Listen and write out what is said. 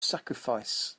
sacrifice